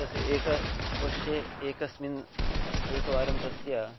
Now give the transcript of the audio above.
तस्य एकवर्षे एकस्मिन् एकवारं तस्य